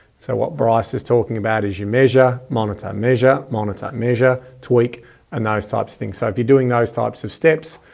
so what bryce is talking about is you measure, monitor, measure, monitor, measure, tweak and those types of things. so if you're doing those types of steps,